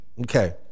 Okay